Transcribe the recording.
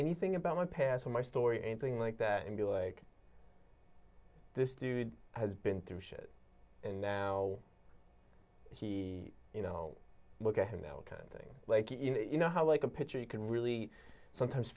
anything about my past in my story anything like that and be like this dude has been through shit and he you know look at him now can't think like you know how like a picture you can really sometimes